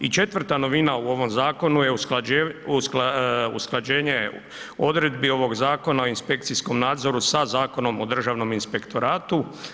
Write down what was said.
I četvrta novina u ovom zakonu je usklađenje odredbi ovog Zakona o inspekcijskom nadzoru sa zakonom o Državnom inspektoratu.